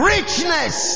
Richness